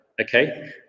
Okay